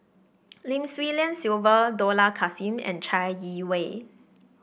Lim Swee Lian Sylvia Dollah Kassim and Chai Yee Wei